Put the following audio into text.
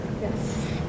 Yes